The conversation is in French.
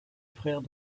frères